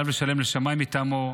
עליו לשלם לשמאי מטעמו,